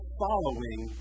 following